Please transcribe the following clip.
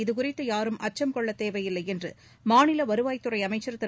இதுகுறித்து யாரும் அச்சும் கொள்ளத் தேவையில்லை என்று மாநில வருவாய்த்துறை அமைச்சர் திரு